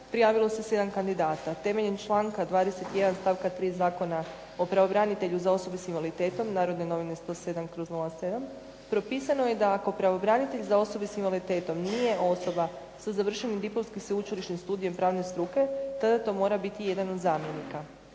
prijavilo se 7 kandidata. Temeljem članka 21. stavka 3. Zakona o pravobranitelju za osobe s invaliditetom, Narodne novine 107/07 propisano je da ako pravobranitelj za osobe s invaliditetom nije osoba sa završenim diplomskim sveučilišnim studijem pravne struke tada to mora biti jedan od zamjenika.